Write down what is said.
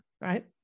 right